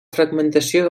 fragmentació